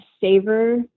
savor